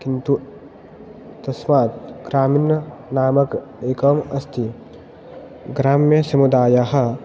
किन्तु तस्मात् ग्रामीणनामकः एकः अस्ति ग्राम्यसमुदायः